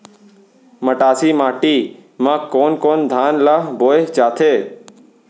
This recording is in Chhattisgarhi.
मटासी माटी मा कोन कोन धान ला बोये जाथे?